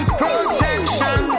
protection